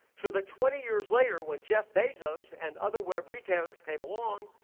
so that twenty years later, when jeff bezos and other web retailers came along,